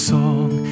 song